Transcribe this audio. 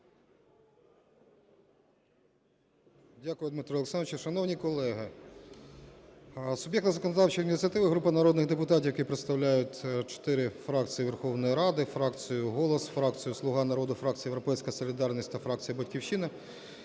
Дякую, Дмитре Олександровичу. Шановні колеги, суб'єкти законодавчої ініціативи – група народних депутатів, які представляють 4 фракції Верховної Ради: фракція "Голос", фракція "Слуга народу", фракція "Європейська солідарність" та фракція "Батьківщина",